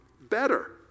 better